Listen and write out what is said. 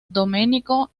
domenico